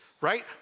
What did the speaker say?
right